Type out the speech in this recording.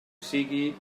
sigui